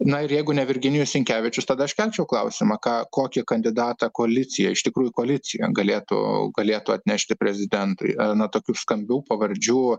na ir jeigu ne virginijus sinkevičius tada aš kelčiau klausimą ką kokį kandidatą koalicija iš tikrųjų koalicija galėtų galėtų atnešti prezidentui na tokių skambių pavardžių